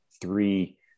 three